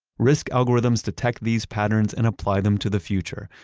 risk algorithms detect these patterns and apply them to the future.